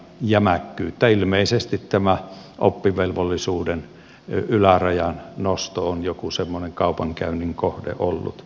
ilmeisesti tämä oppivelvollisuuden ylärajan nosto on joku semmoinen kaupankäynnin kohde ollut